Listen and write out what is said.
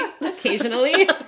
occasionally